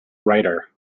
writer